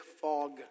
fog